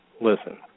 Listen